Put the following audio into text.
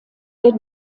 der